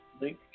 Link